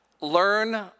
Learn